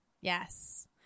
Yes